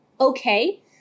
Okay